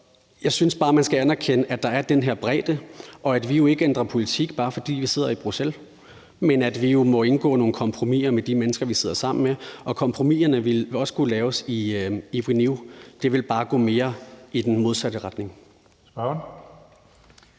man skal anerkende, at der er den her bredde, og at vi jo ikke ændrer politik, bare fordi vi sidder i Bruxelles, men at vi må indgå nogle kompromiser med de mennesker, vi sidder sammen med. Kompromiserne vil også skulle laves i Renew, men det vil bare gå mere i den modsatte retning.